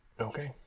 Okay